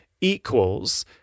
equals